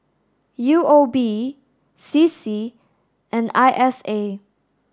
U O B C C and I S A